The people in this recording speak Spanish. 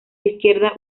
izquierda